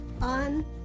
on